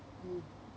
mm